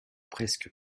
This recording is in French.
presque